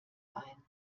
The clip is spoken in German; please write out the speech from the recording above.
ein